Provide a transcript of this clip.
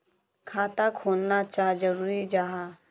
खाता खोलना चाँ जरुरी जाहा?